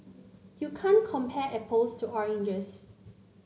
you can't compare apples to oranges